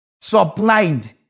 Supplied